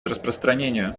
распространению